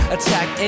Attack